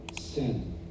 sin